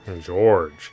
George